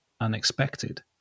unexpected